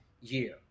year